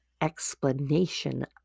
explanation